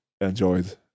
enjoyed